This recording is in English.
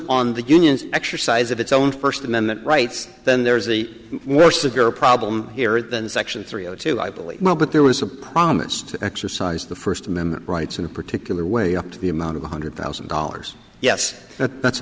on the union's exercise of its own first amendment rights then there is the worse a girl problem here than section three o two i believe that there was a promise to exercise the first amendment rights in a particular way up to the amount of one hundred thousand dollars yes that's a